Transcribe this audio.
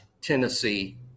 Tennessee